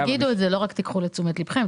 תגידו את זה, לא רק תיקחו לתשומת ליבכם.